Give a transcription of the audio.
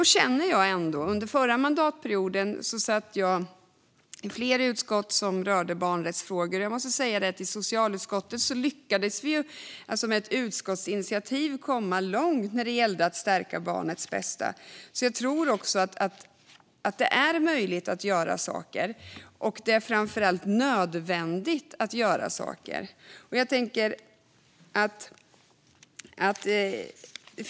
Under förra mandatperioden satt jag i flera utskott som rörde barnrättsfrågor, och jag måste säga att socialutskottet med ett utskottsinitiativ lyckades komma långt i fråga om att stärka barnets bästa. Jag tror att det är möjligt att göra saker. Det är framför allt nödvändigt att göra saker.